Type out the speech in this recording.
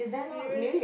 he really